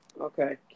Okay